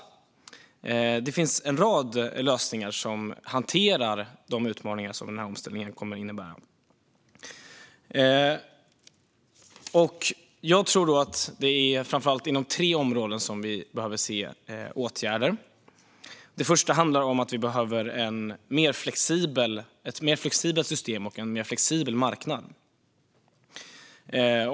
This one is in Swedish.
Det finns en rad lösningar när det gäller att hantera de utmaningar som omställningen kommer att innebära. Jag tror att det framför allt är inom tre områden som vi behöver se åtgärder. Det första handlar om att vi behöver ett mer flexibelt system och en mer flexibel marknad.